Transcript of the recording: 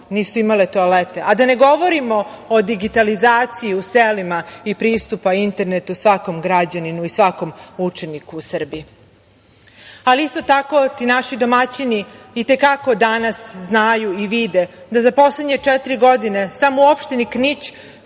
nisu imale toalete, a da ne govorimo o digitalizaciji u selima i pristupa internetu svakom građaninu i svakom učeniku u Srbiji. Isto tako, ti naši domaćini i te kako danas znaju i vide da za poslednje četiri godine samo u opštini Knić